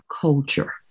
culture